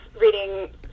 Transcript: reading